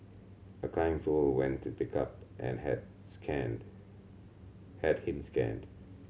a kind soul went to pick up and had scanned had him scanned